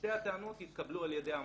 שתי הטענות התקבלו על ידי המחוזי.